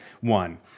one